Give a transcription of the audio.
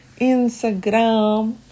Instagram